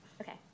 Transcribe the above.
Okay